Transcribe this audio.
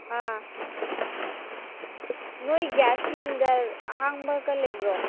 ꯑꯥ ꯅꯣꯏ gas cylinder ꯑꯍꯥꯡꯕꯀ ꯂꯩꯕ꯭ꯔꯣ